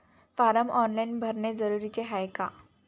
Form online भरने जरुरीचे हाय का?